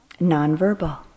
nonverbal